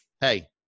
hey